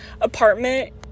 apartment